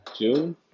June